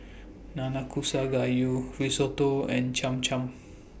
Nanakusa Gayu Risotto and Cham Cham